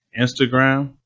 Instagram